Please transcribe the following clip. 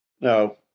No